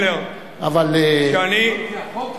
חבר הכנסת שנלר, לא קיים, לא לפי החוק.